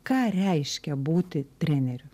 ką reiškia būti treneriu